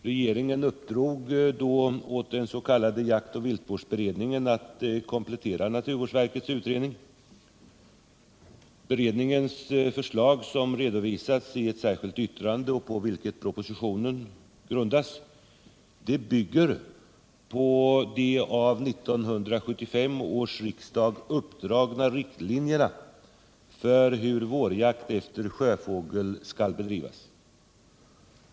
Regeringen uppdrog då åt den s.k. jaktoch viltvårdsberedningen att komplettera naturvårdsverkets utredning. Beredningens förslag som redovisades i ett särskilt yttrande, på vilket propositionen grundas, bygger på de av 1975 års riksdag uppdragna riktlinjerna för hur vårjakt efter sjöfågel skall bedrivas.